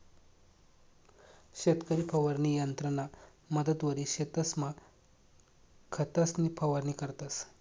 शेतकरी फवारणी यंत्रना मदतवरी शेतसमा खतंसनी फवारणी करतंस